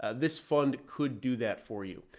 ah this fund could do that for you.